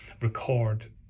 record